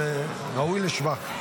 זה ראוי לשבח.